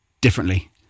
differently